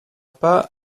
pas